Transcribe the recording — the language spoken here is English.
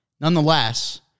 nonetheless